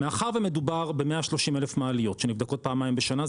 מאחר ומדובר ב-130,000 מעליות שנבדקות פעמיים בשנה,